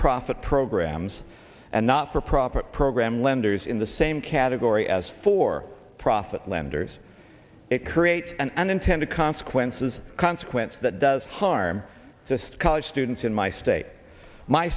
profit programs and not for profit program lenders in the same category as for profit lenders it creates an unintended consequences consequence that does harm just college students in my state my